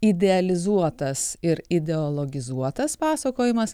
idealizuotas ir ideologizuotas pasakojimas